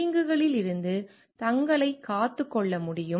தீங்குகளிலிருந்து தங்களைக் காத்துக் கொள்ள முடியும்